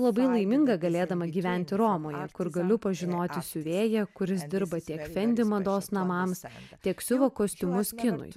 labai laiminga galėdama gyventi romoje kur galiu pažinoti siuvėją kuris dirba tiek fendi mados namams tiek siuvo kostiumus kinui